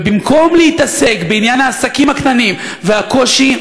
ובמקום להתעסק בעניין העסקים הקטנים והקושי,